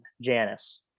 Janice